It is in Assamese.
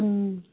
অঁ